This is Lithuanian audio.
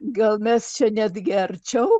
gal mes čia netgi arčiau